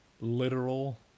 Literal